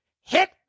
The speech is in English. hit